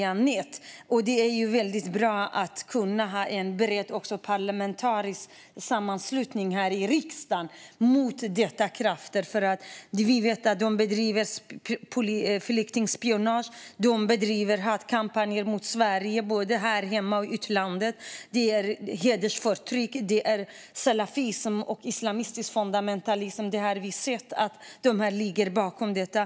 Det är väldigt bra att kunna ha en bredd, även i en parlamentarisk sammanslutning som riksdagen, mot dessa krafter. Vi vet att dessa bedriver flyktingspionage och hatkampanjer mot Sverige, både här hemma och från utlandet. Det handlar om hedersförtryck, salafism och islamistisk fundamentalism. Vi har sett att de ligger bakom detta.